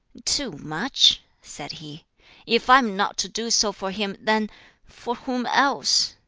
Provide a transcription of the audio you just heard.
too much? said he if i am not to do so for him, then for whom else?